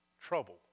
Trouble